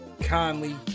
Conley